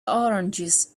oranges